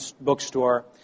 bookstore